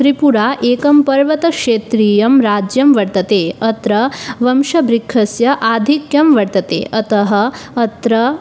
त्रिपुरा एकं पर्वतक्षेत्रीयं राज्यं वर्तते अत्र वंशवृक्षस्य आधिक्यं वर्तते अतः अत्र